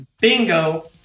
Bingo